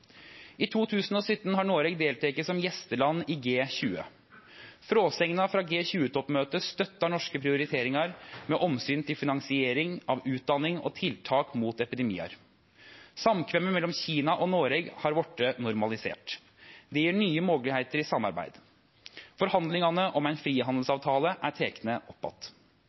I 2017 har Noreg delteke som gjesteland i G20. Fråsegna frå G20-toppmøtet støttar norske prioriteringar med omsyn til finansiering av utdanning og tiltak mot epidemiar. Samkvemmet mellom Kina og Noreg har vorte normalisert. Det gjev nye moglegheiter til samarbeid. Forhandlingane om ein frihandelsavtale er tekne